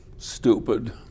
Stupid